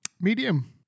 medium